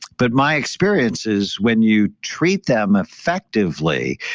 but my experience is when you treat them effectively,